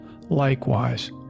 Likewise